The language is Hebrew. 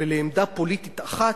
ולעמדה פוליטית אחת,